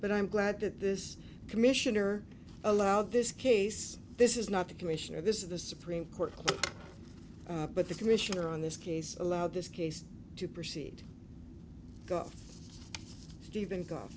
but i'm glad that this commissioner allowed this case this is not the commissioner this is the supreme court but the commissioner on this case allowed this case to proceed stephen